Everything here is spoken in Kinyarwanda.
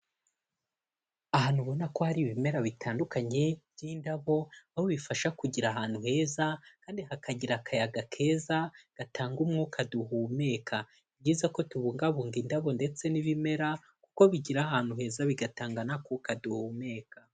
Ahantu ubona ko hari ibimera bitandukanye by'indabo aho bifasha kugira ahantu heza kandi hakagira akayaga keza gatanga umwuka duhumeka, ni byiza ko tubungabunga indabo ndetse n'ibimera kuko bigira ahantu heza bigatan n'akuka duhumeka.